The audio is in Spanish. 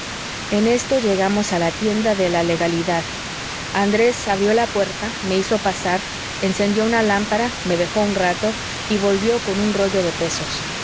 en esto llegamos a la tienda de la legalidad andrés abrió la puerta me hizo pasar encendió una lámpara me dejó un rato y volvió con un rollo de pesos